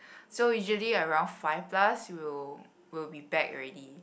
so usually around five plus we will we will be back already